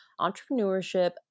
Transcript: entrepreneurship